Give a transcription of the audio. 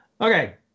Okay